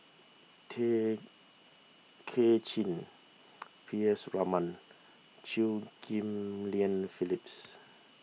Tay Kay Chin P S Raman Chew Ghim Lian Phyllis